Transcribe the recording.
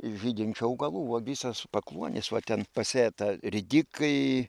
žydinčių augalų va visas pakluonis va ten pasėta ridikai